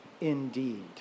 indeed